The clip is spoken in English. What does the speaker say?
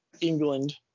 England